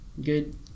good